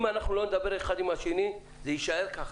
אם לא נדבר האחד עם השני, זה יישאר כך.